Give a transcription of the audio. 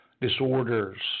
Disorders